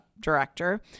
director